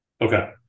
Okay